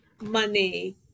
money